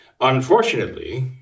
Unfortunately